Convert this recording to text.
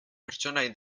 pertsonai